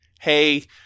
hey